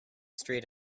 street